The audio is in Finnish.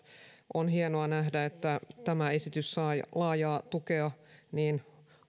on hienoa nähdä että tämä esitys sai laajaa tukea niin